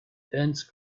dense